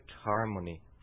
harmony